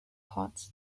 pots